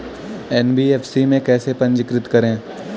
NBFC में कैसे पंजीकृत करें?